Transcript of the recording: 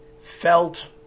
Felt